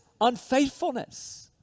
unfaithfulness